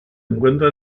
encuentra